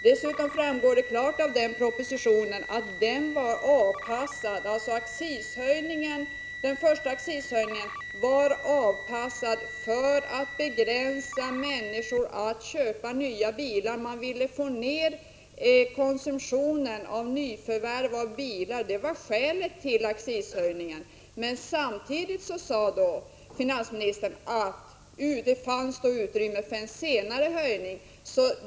Dessutom framgår det klart av den propositionen att den första accishöjningen var avpassad för att begränsa människors köp av nya bilar. Man ville få ned konsumtionen när det gällde nyförvärv av bilar. Det var skälet till accishöjningen. Men samtidigt sade finansministern att det fanns utrymme för en senare höjning.